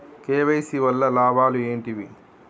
KYC వల్ల లాభాలు ఏంటివి?